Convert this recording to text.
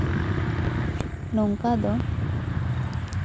ᱱᱚᱝᱠᱟ ᱫᱚ